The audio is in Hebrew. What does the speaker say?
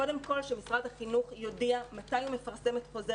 קודם כול שמשרד החינוך יודיע מתי הוא מפרסם את חוזר